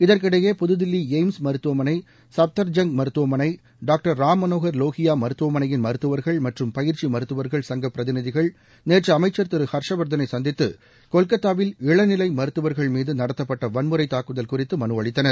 இதற்கிடையே புதுதில்லி எய்ம்ஸ் மருத்துவமனை சுப்தர்ஜங்க் மருத்துவமனை டாக்டர் ராம் மனோகர் லோகியா மருத்துவமனையின் மருத்துவர்கள் மற்றும் பயிற்சி மருத்துவர்கள் சங்க பிரதிநிதிகள் நேற்று அமைச்சர் திரு ஹர்ஷ் வர்தனை சந்தித்து கொல்கத்தாவில் இளநிலை மருத்துவர்கள் மீது நடத்தப்பட்ட வன்முறை தாக்குதல் குறித்து மனு அளித்தனர்